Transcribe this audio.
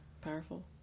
powerful